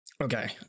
okay